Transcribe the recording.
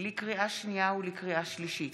לקריאה שנייה ולקריאה שלישית,